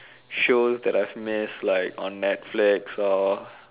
shows that I've missed like on Netflix or